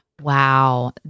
Wow